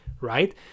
right